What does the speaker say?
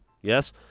Yes